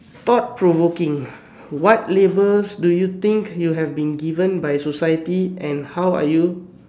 thought provoking what labels do you think you have been given by society and how are you